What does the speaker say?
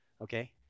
Okay